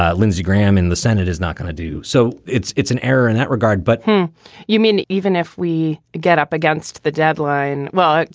ah lindsey graham in the senate is not going to do so. it's it's an error in that regard but you mean even if we get up against the deadline? well,